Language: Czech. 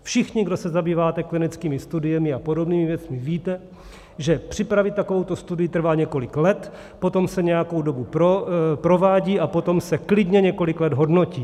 Všichni, kdo se zabýváte klinickými studiemi a podobnými věcmi, víte, že připravit takovouto studii trvá několik let, potom se nějakou dobu provádí a potom se klidně několik let hodnotí.